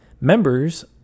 Members